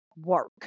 work